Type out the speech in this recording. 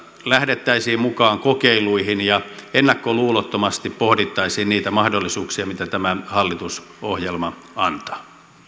lähdettäisiin mukaan kokeiluihin ja ennakkoluulottomasti pohdittaisiin niitä mahdollisuuksia mitä tämä hallitusohjelma antaa